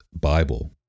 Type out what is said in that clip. Bible